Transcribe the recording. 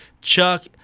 Chuck